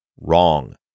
Wrong